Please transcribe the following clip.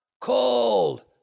cold